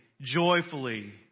joyfully